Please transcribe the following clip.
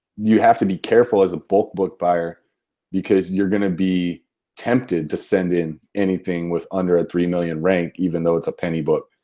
you have to be careful as a bulk book buyer because you're going to be tempted to send in anything with under a three million rank, even though it's a penny book.